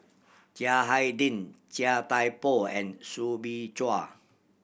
Chiang Hai Ding Chia Thye Poh and Soo Bin Chua